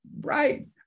Right